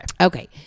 Okay